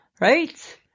Right